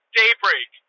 daybreak